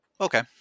Okay